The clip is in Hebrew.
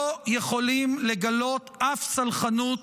לא יכולות לגלות אף סלחנות